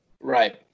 Right